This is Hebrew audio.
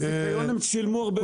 עזוב, בזיכיון הם שילמו הרבה כסף.